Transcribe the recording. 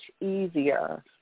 easier